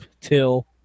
till